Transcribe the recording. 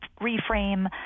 reframe